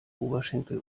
oberschenkel